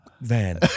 van